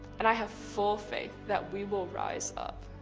and i have full faith that we will rise up.